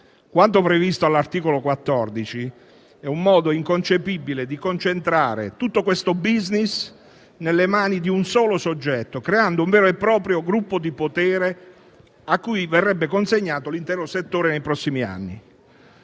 Quanto previsto all'articolo 14 è un modo inconcepibile di concentrare tutto il *business* nelle mani di un solo soggetto, creando un vero e proprio gruppo di potere cui verrebbe consegnato l'intero settore nei prossimi anni.